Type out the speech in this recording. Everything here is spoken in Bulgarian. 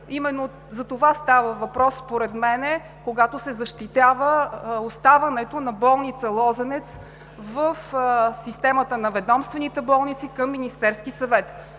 Именно за това става въпрос според мен, когато се защитава оставането на болница „Лозенец“ в системата на ведомствените болници към Министерския съвет.